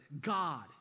God